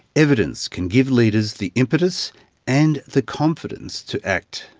evidence can give leaders the impetus and the confidence to act.